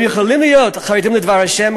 הם יכולים להיות חרדים לדבר השם,